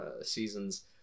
seasons